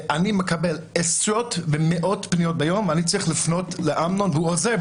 אני מקבל עשרות ומאות פניות ביום ואני צריך לפנות לאמנון והוא עוזר.